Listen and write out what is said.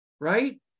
right